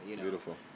beautiful